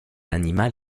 animal